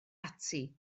ati